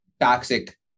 toxic